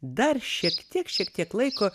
dar šiek tiek šiek tiek laiko